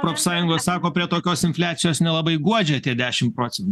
profsąjungos sako prie tokios infliacijos nelabai guodžia tie dešimt procentų